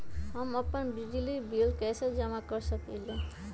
हम अपन बिजली बिल कैसे जमा कर सकेली?